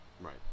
Right